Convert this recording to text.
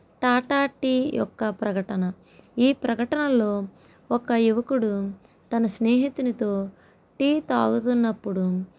Tata tea యొక్క ప్రకటన ఈ ప్రకటనలలో ఒక యువకుడు తన స్నేహితునితో టీ తాగుతున్నప్పుడు